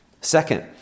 Second